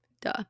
Duh